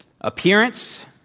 appearance